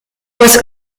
was